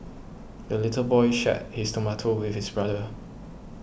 the little boy shared his tomato with his brother